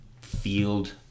field